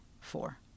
four